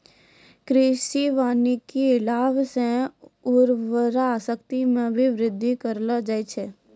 कृषि वानिकी लाभ से उर्वरा शक्ति मे भी बृद्धि करलो जाय छै